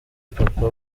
papa